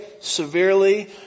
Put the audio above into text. severely